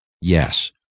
yes